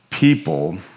people